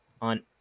on